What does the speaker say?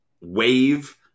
wave